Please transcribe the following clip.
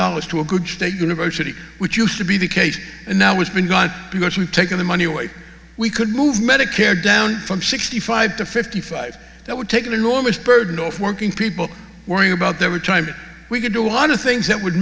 dollars to a good state university which used to be the case and now it's been gone because we've taken the money away we could move medicare down from sixty five to fifty five that would take an enormous burden off working people worrying about their time we could do a lot of things that would